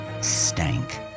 stank